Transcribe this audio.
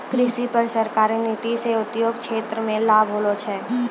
कृषि पर सरकारी नीति से उद्योग क्षेत्र मे लाभ होलो छै